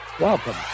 welcome